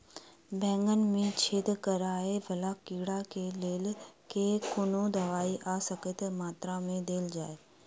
बैंगन मे छेद कराए वला कीड़ा केँ लेल केँ कुन दवाई आ कतेक मात्रा मे देल जाए?